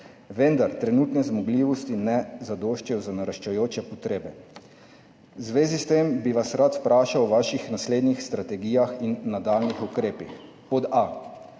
vendar trenutne zmogljivosti ne zadoščajo za naraščajoče potrebe. V zvezi s tem bi vas rad vprašal o vaših naslednjih strategijah in nadaljnjih ukrepih. Zanima